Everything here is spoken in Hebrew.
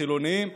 חילונים,